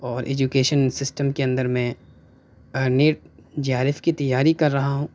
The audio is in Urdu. اور ایجوکیشن سسٹم کے اندر میں نیٹ جے آر ایف کی تیاری کر رہا ہوں